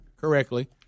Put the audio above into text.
correctly